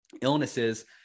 illnesses